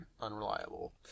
unreliable